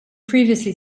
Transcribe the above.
previously